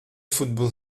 football